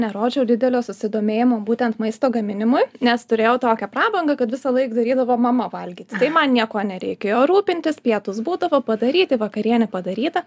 nerodžiau didelio susidomėjimo būtent maisto gaminimui nes turėjau tokią prabangą kad visąlaik darydavo mama valgyti tai man niekuo nereikėjo rūpintis pietūs būdavo padaryti vakarienė padaryta